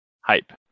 Hype